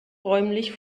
räumlich